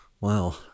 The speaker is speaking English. Wow